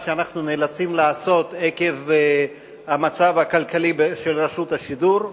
מדובר בצעד שאנחנו נאלצים לעשות עקב המצב הכלכלי של רשות השידור,